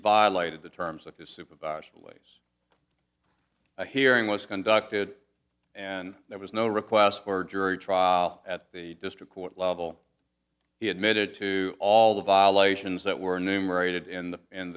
violated the terms of his supervised always a hearing was conducted and there was no request for jury trial at the district court level he admitted to all the violations that were numerated in the in